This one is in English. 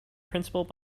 principle